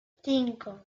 cinco